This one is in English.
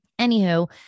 Anywho